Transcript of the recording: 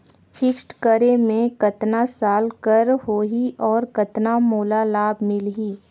Fixed करे मे कतना साल कर हो ही और कतना मोला लाभ मिल ही?